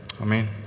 Amen